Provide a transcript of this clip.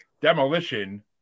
Demolition